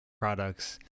products